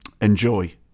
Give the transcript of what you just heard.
enjoy